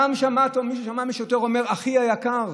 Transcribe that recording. פעם מישהו שמע שוטר אומר: אחי היקר,